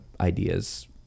ideas